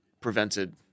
prevented